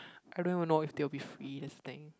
I don't even know if they will be free that's thing